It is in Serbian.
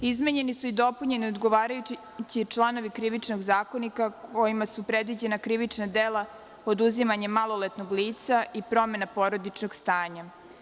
Izmenjene su i dopunjene odgovarajući članovi Krivičnog zakonika kojima su predviđena krivična dela oduzimanje maloletnog lica i promena porodičnog stanja.